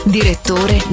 Direttore